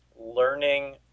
learning